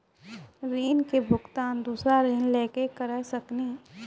ऋण के भुगतान दूसरा ऋण लेके करऽ सकनी?